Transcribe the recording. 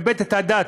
יש לכבד את הדת,